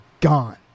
gone